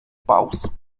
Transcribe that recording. pauz